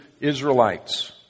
Israelites